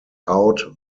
out